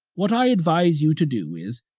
what i advise you to do is,